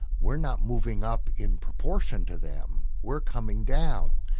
we're not moving up in proportion to them, we're coming down.